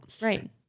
Right